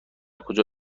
کجا